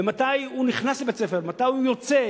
ומתי הוא נכנס לבית-ספר ומתי הוא יוצא,